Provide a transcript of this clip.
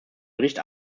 bericht